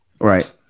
Right